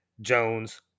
Jones